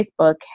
Facebook